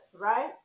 right